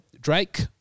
Drake